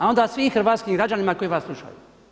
A onda svim hrvatskim građanima koji vas slušaju.